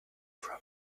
from